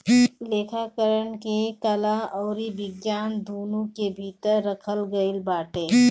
लेखाकरण के कला अउरी विज्ञान दूनो के भीतर रखल गईल बाटे